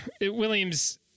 Williams